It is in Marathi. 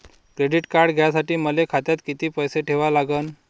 क्रेडिट कार्ड घ्यासाठी मले खात्यात किती पैसे ठेवा लागन?